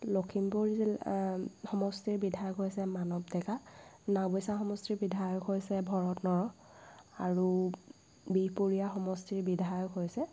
লখিমপুৰ জি সমষ্টিৰ বিধায়ক হৈছে মানৱ ডেকা নাওবৈচা সমষ্টিৰ বিধায়ক হৈছে ভৰত নৰহ আৰু বিহপুৰীয়া সমষ্টিৰ বিধায়ক হৈছে